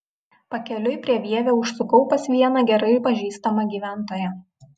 pakeliui prie vievio užsukau pas vieną gerai pažįstamą gyventoją